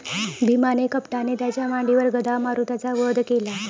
भीमाने कपटाने त्याच्या मांडीवर गदा मारून त्याचा वध केला